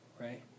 right